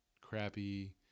crappy